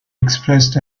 expressed